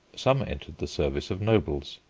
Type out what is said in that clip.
some entered the service of nobles.